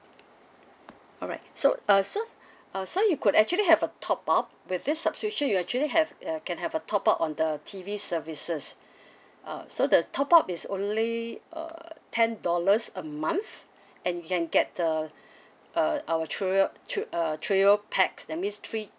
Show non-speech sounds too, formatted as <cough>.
alright so uh sir <breath> uh sir you could actually have a top up with this subscription you actually have uh can have a top up on the T_V services <breath> uh so the top up is only uh ten dollars a month <breath> and you can get the <breath> uh our trio trio uh trio packs that means three